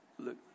Look